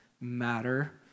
matter